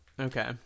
Okay